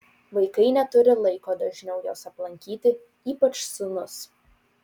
vaikai neturi laiko dažniau jos aplankyti ypač sūnus